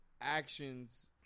actions